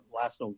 last